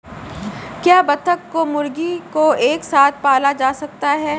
क्या बत्तख और मुर्गी को एक साथ पाला जा सकता है?